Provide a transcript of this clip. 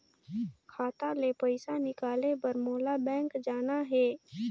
खाता ले पइसा निकाले बर मोला बैंक जाना हे?